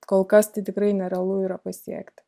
kol kas tai tikrai nerealu yra pasiekti